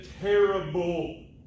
terrible